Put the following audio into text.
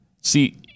See